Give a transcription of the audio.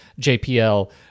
JPL